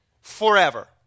forever